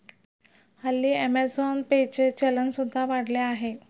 हल्ली Amazon pay चे चलन सुद्धा वाढले आहे